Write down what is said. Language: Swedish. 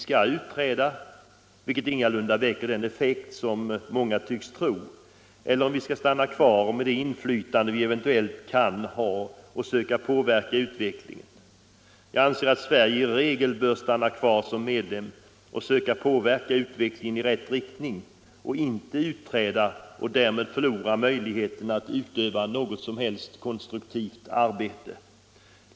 Skall vi utträda —- något som ingalunda kommer att väcka det uppseende som man på sina håll tycks tro — eller skall vi stå kvar och försöka påverka utvecklingen med det inflytande som vi eventuellt kan ha? Jag anser att Sverige i regel bör stå kvar som medlem och försöka påverka utvecklingen i rätt riktning, inte utträda och därmed förlora möjligheten att utöva något konstruktivt arbete.